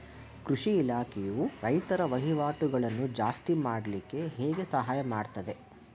ಕೃಷಿ ಇಲಾಖೆಯು ರೈತರ ವಹಿವಾಟುಗಳನ್ನು ಜಾಸ್ತಿ ಮಾಡ್ಲಿಕ್ಕೆ ಹೇಗೆ ಸಹಾಯ ಮಾಡ್ತದೆ?